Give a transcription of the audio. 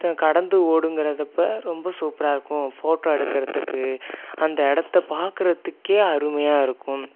கடந்து ஓடுங்கிறதப்ப ரொம்ப சூப்பராக இருக்கும் ஃபோட்டோ எடுக்கிறதுக்கு அந்த இடத்த பாக்கிறத்துக்கே அருமையாக இருக்கும்